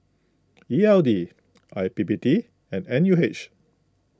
E L D I P P T and N U H